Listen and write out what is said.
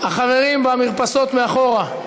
החברים במרפסות מאחורה.